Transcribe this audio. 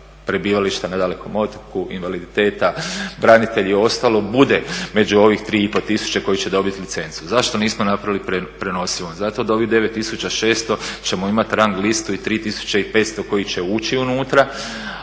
prebivališta … invaliditeta branitelji i ostalo bude među ovih 3,5 tisuće koji će dobiti licencu. Zašto nismo napravili prenosivom? Zato da ovih 9.600 ćemo imati rang listu i 3.500 koji će ući unutra,